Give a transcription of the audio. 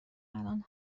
الان